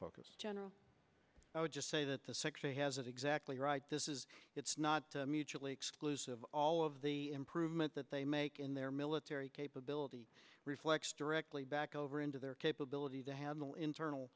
focus general i would just say that the secretary has it exactly right this is it's not mutually exclusive all of the improvement that they make in their military capability reflects directly back over into their capability to have the internal